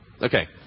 Okay